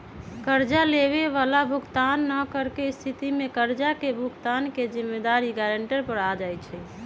कर्जा लेबए बला भुगतान न करेके स्थिति में कर्जा के भुगतान के जिम्मेदारी गरांटर पर आ जाइ छइ